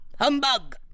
humbug